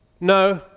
no